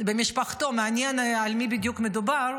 במשפחתו, מעניין על מי בדיוק מדובר,